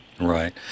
Right